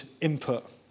input